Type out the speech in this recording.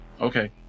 Okay